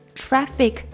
traffic